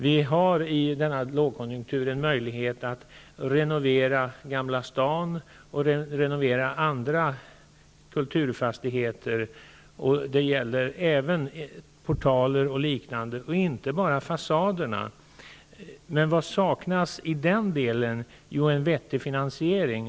Vi har i denna lågkonjunktur en möjlighet att renovera Gamla stan och kulturfastigheter på andra håll. Det gäller även portaler och liknande och inte bara fasaderna. Men vad saknas i den delen? Jo, en vettig finansiering.